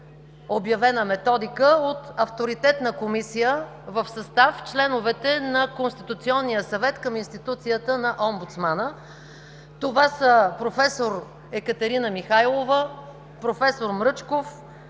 обявена методика от авторитетна комисия в състав членовете на Конституционния съвет към Институцията на омбудсмана. Това са: проф. Екатерина Михайлова, проф. Мръчков,